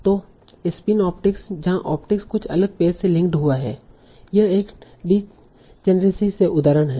तो spin optics जहां optics कुछ अलग पेज से लिंक्ड हुआ है यह एक डीजेनेरसी से उदाहरण है